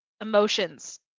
emotions